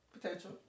Potential